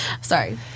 Sorry